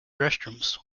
restrooms